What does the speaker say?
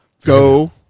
go